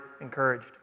encouraged